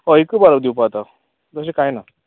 हय एक बारा दिवपा आता तशें कांय ना